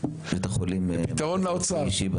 פתרון לאוצר,